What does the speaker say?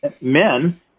men